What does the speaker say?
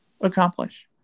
accomplish